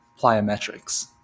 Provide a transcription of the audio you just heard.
plyometrics